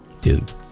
Dude